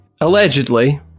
Allegedly